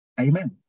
Amen